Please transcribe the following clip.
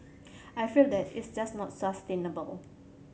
I feel that it's just not sustainable